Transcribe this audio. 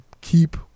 keep